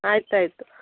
ಆಯ್ತು ಆಯಿತು